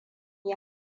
yi